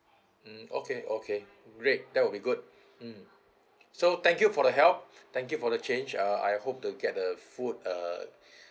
mm okay okay great that will be good mm so thank you for the help thank you for the change uh I hope to get the food uh